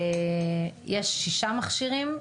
יש שישה מכשירים.